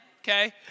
okay